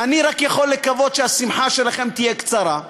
אני רק יכול לקוות שהשמחה שלכם תהיה קצרה,